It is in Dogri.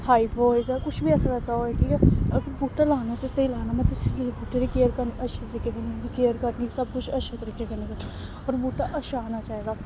हाइट बी होए कुछ बी ऐसा वैसा होऐ ठीक ऐ अगर बूह्टा लाना ऐ ते स्हेई लाना मतलब उसी बूह्टे दी केयर करना अच्छे कन्नै केयर करनी सब कुछ अच्छे तरीके कन्नै करना बूह्टा अच्छा होना चाहिदा